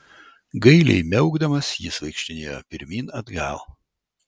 gailiai miaukdamas jis vaikštinėjo pirmyn atgal